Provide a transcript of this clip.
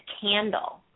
candle